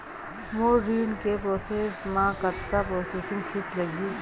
मोर ऋण के प्रोसेस म कतका प्रोसेसिंग फीस लगही?